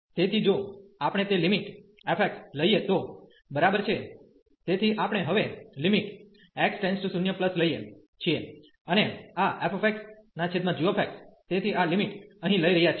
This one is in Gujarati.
તેથી જો આપણે તે લિમિટ f x લઈએ તો બરાબર છે તેથી આપણે હવેx→0 લઈએ છીએ અને આ f g તેથી આ લિમિટ અહીં લઈ રહ્યા છીએ